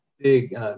big